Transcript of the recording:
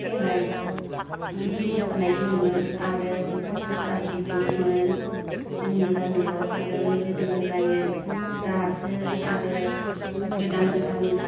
खेराय बिदि मोसानाय दंमोन आरो कन्सार्ट पार्टि दंमोन जोंनि गामियाव आगोलो गोदो गोदायो दासो आरो गोदान गोदान